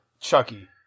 Chucky